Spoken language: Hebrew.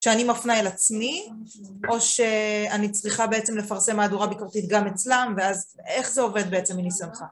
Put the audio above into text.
שאני מפנה אל עצמי או שאני צריכה בעצם לפרסם מהדורה ביקורתית גם אצלם ואז איך זה עובד בעצם מניסיונך?